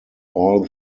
all